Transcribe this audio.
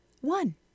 one